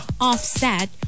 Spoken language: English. Offset